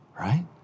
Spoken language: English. right